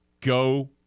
go